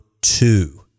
two